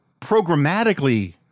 programmatically